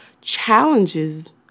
challenges